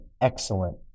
excellent